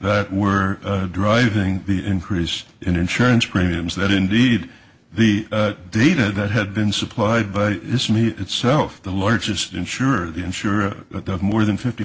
that were driving the increase in insurance premiums that indeed the data that had been supplied by its me itself the largest insurer the insurer of more than fifty